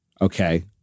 Okay